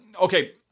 Okay